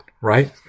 right